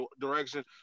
direction